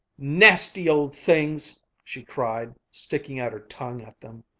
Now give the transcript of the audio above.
nasty old things! she cried, sticking out her tongue at them.